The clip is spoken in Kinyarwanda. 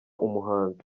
umuhanzi